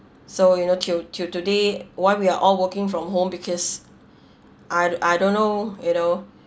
so you know till till today why we are all working from home because I don't I don't know you know